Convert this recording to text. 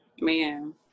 Man